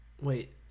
Wait